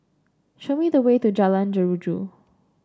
show me the way to Jalan Jeruju